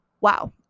Wow